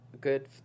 good